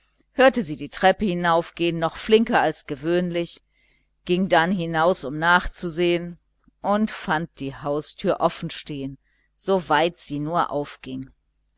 hörte sie die treppe hinauf gehen noch flinker als gewöhnlich ging dann hinaus um nachzusehen und fand die haustüre offen stehend so weit sie nur aufging